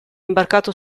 imbarcato